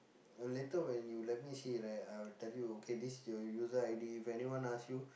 uh later when you let me see right I will tell you okay this is your user I_D if anyone ask you